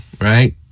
right